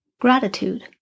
gratitude